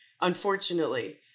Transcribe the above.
unfortunately